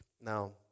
Now